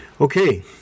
Okay